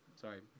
Sorry